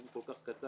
אם הוא כל כך קטן,